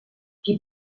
qui